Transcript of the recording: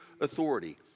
authority